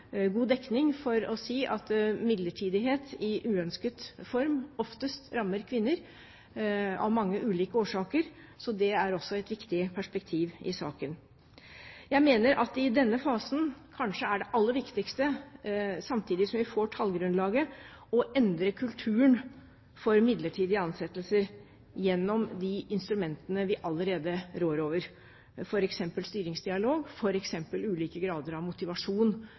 god dekning for å si at midlertidighet i uønsket form oftest rammer kvinner, av mange ulike årsaker, så det er også et viktig perspektiv i saken. Jeg mener at det i denne fasen kanskje er aller viktigst – samtidig som vi får tallgrunnlaget – å endre kulturen for midlertidige ansettelser gjennom de instrumentene vi allerede rår over, f.eks. styringsdialog, f.eks. ulike grader av motivasjon